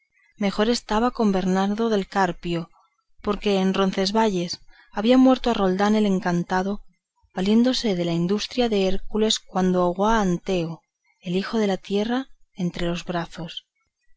mejor estaba con bernardo del carpio porque en roncesvalles había muerto a roldán el encantado valiéndose de la industria de hércules cuando ahogó a anteo el hijo de la tierra entre los brazos